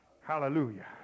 Hallelujah